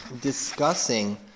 discussing